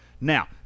Now